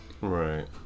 Right